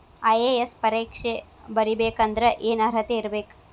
IAS ಪರೇಕ್ಷೆ ಬರಿಬೆಕಂದ್ರ ಏನ್ ಅರ್ಹತೆ ಇರ್ಬೇಕ?